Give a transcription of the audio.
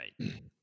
right